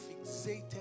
fixated